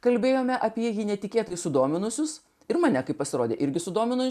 kalbėjome apie jį netikėtai sudominusius ir mane kaip pasirodė irgi sudomino